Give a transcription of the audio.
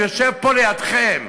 הוא יושב פה לידכם,